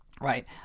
right